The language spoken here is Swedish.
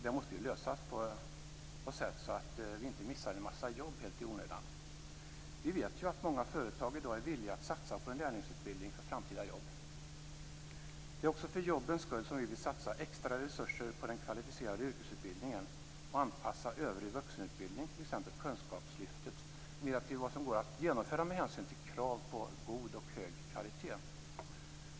Det måste lösas på något sätt så att vi inte missar en massa jobb helt i onödan. Vi vet ju att många företag i dag är villiga att satsa på en lärlingsutbildning för framtida jobb. Det är också för jobbens skull som vi vill satsa extra resurser på den kvalificerade yrkesutbildningen och anpassa övrig vuxenutbildning, t.ex. kunskapslyftet, mer till vad som går att genomföra med hänsyn till krav på god och hög kvalitet.